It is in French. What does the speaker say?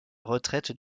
retraite